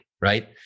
right